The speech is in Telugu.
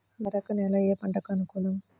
మెరక నేల ఏ పంటకు అనుకూలం?